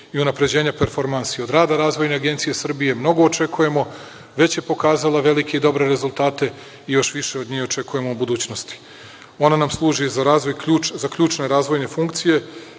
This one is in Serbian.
i unapređenja performansi. Od rada Razvojne agencije Srbije očekujemo mnogo, već je pokazala velike i dobre rezultate, još više od nje očekujemo u budućnosti. Ona nam služi za ključne razvojne funkcije,